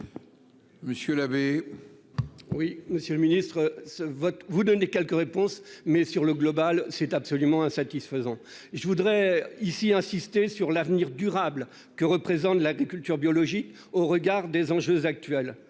Monsieur laver. Oui, Monsieur le Ministre ce vote vous donner quelques réponses, mais sur le Global c'est absolument insatisfaisant je voudrais ici insister sur l'avenir durable que représente l'agriculture biologique au regard des enjeux actuels,